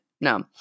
No